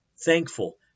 thankful